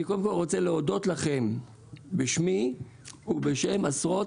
אני רוצה להודות לכם בשמי ובשם עשרות